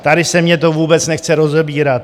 Tady se mně to vůbec nechce rozebírat.